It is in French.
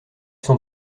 sont